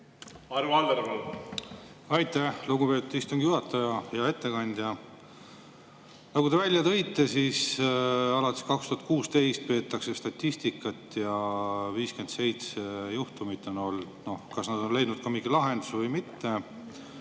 Arvo Aller, palun! Aitäh, lugupeetud istungi juhataja! Hea ettekandja! Nagu te välja tõite, siis alates 2016 peetakse statistikat ja 57 juhtumit on olnud. Kas nad on leidnud ka mingi lahenduse või mitte,